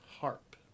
harp